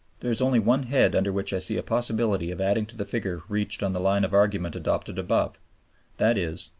there is only one head under which i see a possibility of adding to the figure reached on the line of argument adopted above that is,